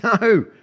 No